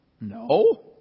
No